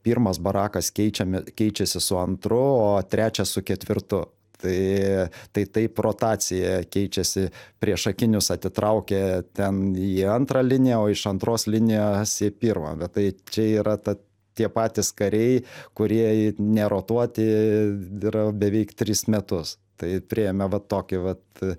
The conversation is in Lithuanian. pirmas barakas keičiami keičiasi su antru o trečias su ketvirtu tai tai taip rotacija keičiasi priešakinius atitraukė ten į antrą liniją o iš antros linijos į pirmą bet tai čia yra ta tie patys kariai kurie nerotuoti yra jau beveik tris metus tai priėjome va tokį vat